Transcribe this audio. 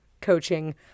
coaching